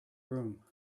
room